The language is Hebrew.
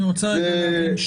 אני רוצה רגע להבין,